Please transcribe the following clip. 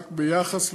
רק ביחס לבתי-גידול.